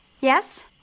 Yes